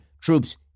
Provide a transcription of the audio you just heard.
troops